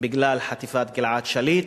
בגלל חטיפת גלעד שליט.